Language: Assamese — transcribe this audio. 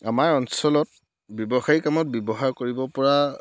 আমাৰ অঞ্চলত ব্যৱসায়িক কামত ব্যৱহাৰ কৰিব পৰা